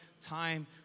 time